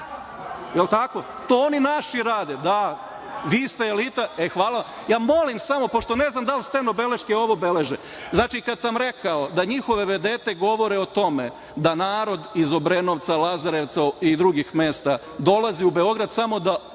oni naši rade? Da, vi ste elite. Hvala vam. Molim samo, pošto ne znam da li stenobeleške ovo beleže, kada sam rekao da njihove vedete govore o tome da narod iz Obrenovca, Lazarevca i drugih mesta dolazi u Beograd samo da